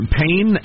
pain